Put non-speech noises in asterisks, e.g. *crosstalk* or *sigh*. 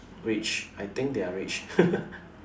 rich I think they are rich *laughs*